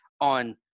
on